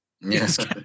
Yes